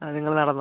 ആ നിങ്ങൾ നടന്നോ